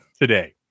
today